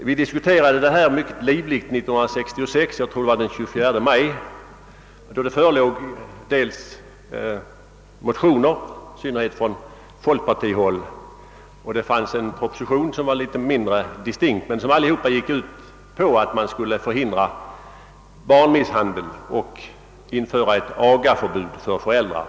Vi diskuterade problemet mycket livligt 1966 — jag tror det var den 24 maj — med utgångspunkt från motioner främst från folkpartihåll samt från en proposition som var litet mindre distinkt men som även den gick ut på att man skulle förhindra barnmisshandel och införa ett agaförbud för föräldrar.